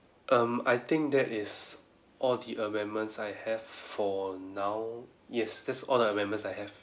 um I think that is all the amendments I have for now yes that's all the amendments I have